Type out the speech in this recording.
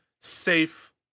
safe